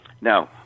now